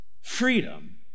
freedom